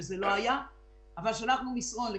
משהו קצר, עודד.